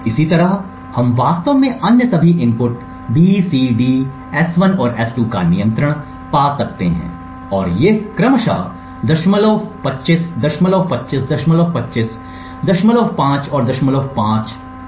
इसी तरह हम वास्तव में अन्य सभी input B C D S1 और S2 का नियंत्रण पा सकते हैं और ये क्रमशः 025 025 025 और 05 और 05 हो जाते हैं